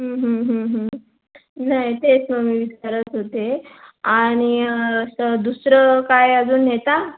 नाही तेच मी विचारत होते आणि असं दुसरं काय अजून नेता